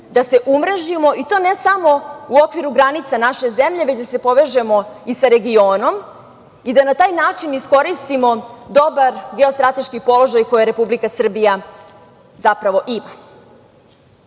da se umrežimo, i to ne samo u okviru granica naše zemlje, već da se povežemo i sa regionom i da na taj način iskoristimo dobar geo-strateški položaj koji Republika Srbija zapravo ima. Na